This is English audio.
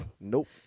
nope